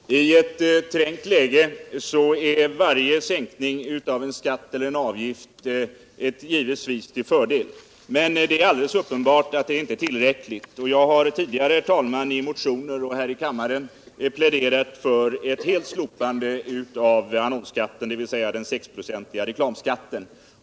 Herr talman! I ett trängt läge är varje sänkning av en skatt eller en avgift givetvis till fördel, men det är alldeles uppenbart att det inte är tillräckligt. Jag har tidigare, herr talman, i motioner och här i kammaren pläderat för ett fullständigt slopande av annonsskatten, dvs. den 6-procentiga reklamskatten.